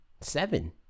seven